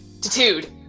tattooed